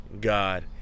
God